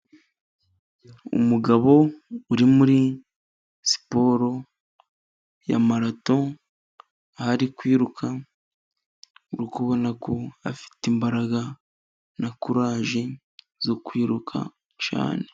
Umugabo uri muri siporo ya marato, aha ari kwiruka ubona ko afite imbaraga na kuraje zo kwiruka cyane.